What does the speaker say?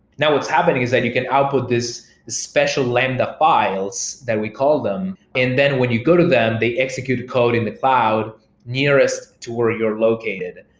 now that's happening is that you can output this special lambda files that we call them, and then when you go to them, they execute code in the cloud nearest to where you're located.